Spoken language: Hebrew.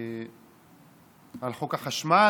על חוק החשמל,